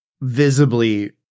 visibly